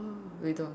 we don't